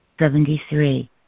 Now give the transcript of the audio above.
Seventy-three